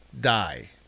Die